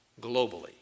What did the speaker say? globally